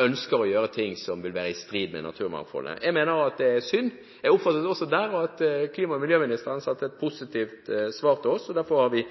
ønsker å gjøre ting som vil være i strid med naturmangfoldet. Jeg oppfattet også der at klima- og miljøministeren sendte et positivt svar til oss. Derfor har vi